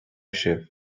sibh